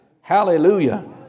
Hallelujah